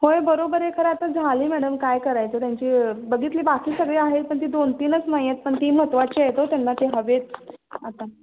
होय बरोबर आहे खरं आता झाली मॅडम काय करायचं त्यांची बघितली बाकी सगळी आहेत पण ती दोन तीनच नाही आहेत पण ती महत्त्वाची आहेत हो त्यांना ते हवे आहेत आता